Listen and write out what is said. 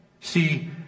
See